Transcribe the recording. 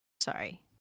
Sorry